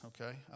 Okay